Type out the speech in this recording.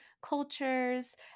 cultures